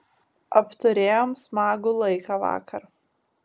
apturėjom smagų laiką vakar